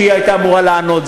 שהיא הייתה אמור לענות.